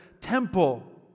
temple